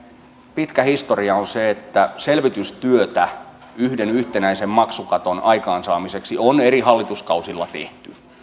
pitkä historia on se että selvitystyötä yhden yhtenäisen maksukaton aikaansaamiseksi on eri hallituskausilla